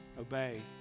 obey